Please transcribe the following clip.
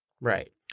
Right